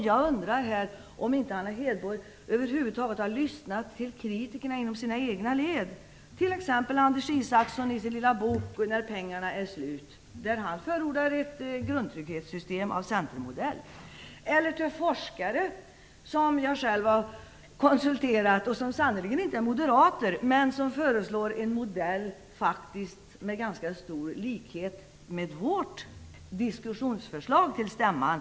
Jag undrar om Anna Hedborg över huvud taget inte har lyssnat till kritikerna inom sina egna led, t.ex. till Anders Isaksson som i sin lilla bok När pengarna är slut förordar ett grundtrygghetssysytem av centermodell. Jag har själv konsulterat forskare som sannerligen inte är moderater men som föreslår en modell som har ganska stor likhet med vårt diskussionsförslag till stämman.